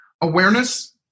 awareness